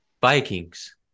Vikings